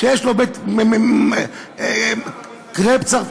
שיש לו קרפ צרפתי,